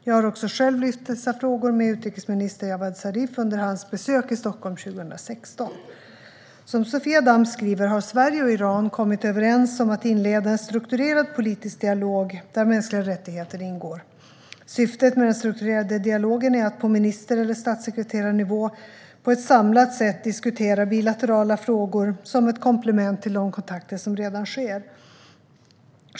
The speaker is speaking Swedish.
Jag har också själv lyft dessa frågor med utrikesminister Javad Zarif under hans besök i Stockholm 2016. Som Sofia Damm skriver har Sverige och Iran kommit överens om att inleda en strukturerad politisk dialog, där mänskliga rättigheter ingår. Syftet med den strukturerade dialogen är att på minister eller statssekreterarnivå på ett samlat sätt diskutera bilaterala frågor, som ett komplement till de kontakter som redan sker.